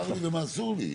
חמש דקות הפסקה.